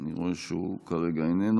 אני רואה שהוא כרגע איננו,